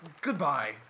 goodbye